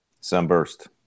Sunburst